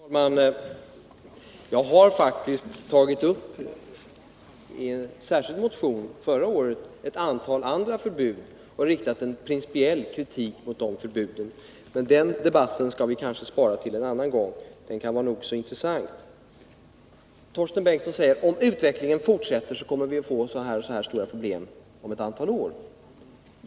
Herr talman! Jag har faktiskt i en särskild motion förra året tagit upp ett antal andra förbud och riktat en principiell kritik mot dessa. Men den debatten skall vi kanske spara till en annan gång, även om den i sig kan vara nog så intressant. Torsten Bengtson säger att vi om utvecklingen fortsätter kommer att få problem av en viss storlek om ett antal år.